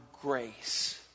grace